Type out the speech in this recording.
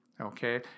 Okay